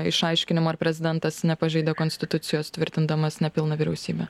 išaiškinimo ar prezidentas nepažeidė konstitucijos tvirtindamas nepilną vyriausybę